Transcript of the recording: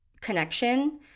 connection